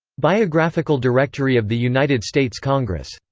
biographical directory of the united states congress.